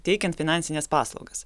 teikiant finansines paslaugas